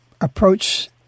approach